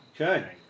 Okay